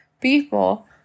people